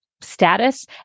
status